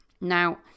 Now